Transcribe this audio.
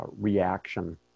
reaction